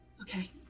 Okay